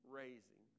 raising